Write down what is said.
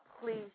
please